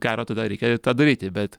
gero tada reikia tą daryti bet